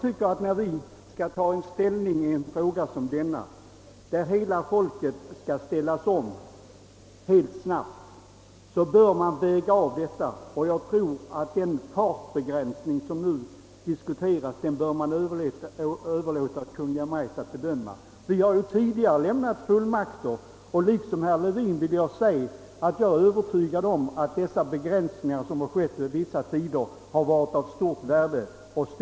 Det gäller en fråga där hela folket snabbt skall ställa om sig och därför bör en noggrann avvägning göras. Jag anser alltså att vi bör överlämna åt Kungl. Maj:t att bedöma den fartgräns som anses lämplig. Vi har ju tidigare lämnat fullmakter. Liksom herr Levin är jag övertygad om att de hastighetsbegränsningar vi hittills haft varit av stort värde och de har.